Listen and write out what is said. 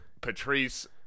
patrice